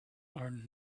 are